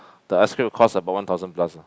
the ice cream will cost about one thousand plus lah